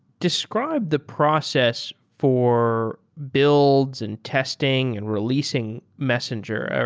describe the process for builds, and testing, and releasing messenger,